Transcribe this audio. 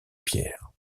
pierre